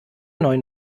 neuen